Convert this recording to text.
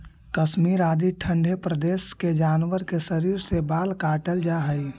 कश्मीर आदि ठण्ढे प्रदेश के जानवर के शरीर से बाल काटल जाऽ हइ